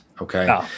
Okay